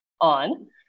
on